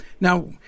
now